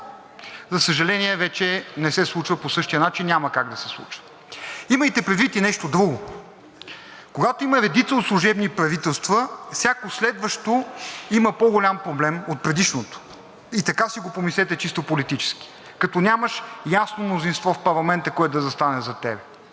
за съжаление, вече не се случва по същия начин, няма как да се случва. Имайте предвид и нещо друго, когато има редица от служебни правителства, всяко следващо има по-голям проблем от предишното и така си го помислете чисто политически, като нямаш ясно мнозинство в парламента, което да застане зад тебе.